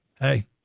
Hey